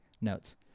notes